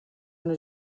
una